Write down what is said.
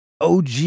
OG